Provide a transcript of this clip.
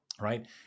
right